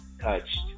touched